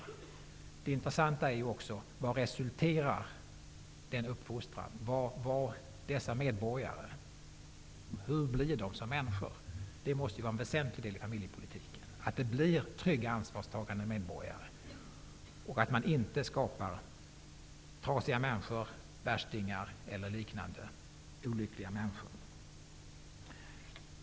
Det intressanta är ju också vad uppfostran resulterar i. Hur blir dessa medborgare som människor? Det måste vara en väsentlig del i familjepolitiken att det blir trygga ansvarstagande medborgare och att man inte skapar trasiga människor, värstingar och liknande.